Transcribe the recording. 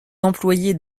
employés